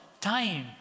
time